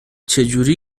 چهجوری